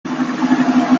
uno